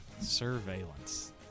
Surveillance